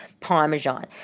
Parmesan